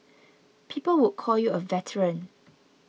people would call you a veteran